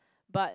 but